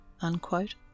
Unquote